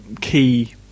key